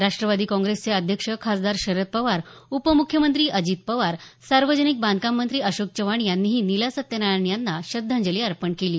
राष्ट्रवादी काँग्रेसचे अध्यक्ष खासदार शरद पवार उपमुख्यमंत्री अजित पवार सार्वजनिक बांधकाम मंत्री अशोक चव्हाण यांनीही निला सत्यनारायण यांना श्रद्धांजली अर्पण केली आहे